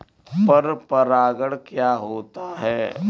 पर परागण क्या होता है?